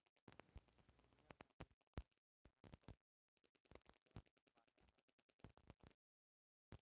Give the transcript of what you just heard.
दुनिया भर में एकर इतना खपत बावे की एकर उत्पादन लगभग सब जगहे होता